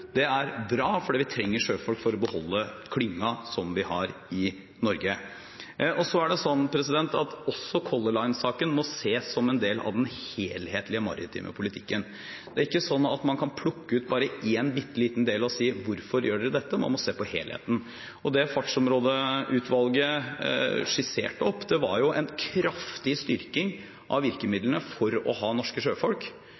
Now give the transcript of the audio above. Det er bra, for vi trenger sjøfolk for å beholde klyngen som vi har i Norge. Color Line-saken må ses som en del av den helhetlige maritime politikken. Man kan ikke plukke ut bare en bitteliten del og spørre: Hvorfor gjør dere dette? Man må se på helheten. Det Fartsområdeutvalget skisserte, var en kraftig styrking av